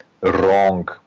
wrong